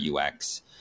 UX